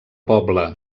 poble